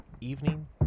evening